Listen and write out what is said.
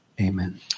Amen